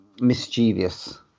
mischievous